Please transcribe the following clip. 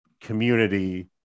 community